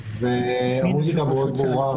והמוזיקה מאוד ברורה.